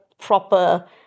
proper